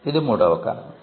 ఇది మూడవ కారణం